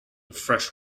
fresh